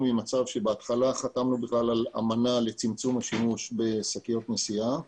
ממצב שבהתחלה חתמנו בכלל על אמנה לצמצום השימוש בשקיות נשיאה,